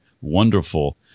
wonderful